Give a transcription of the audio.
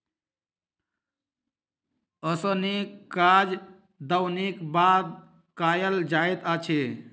ओसौनीक काज दौनीक बाद कयल जाइत अछि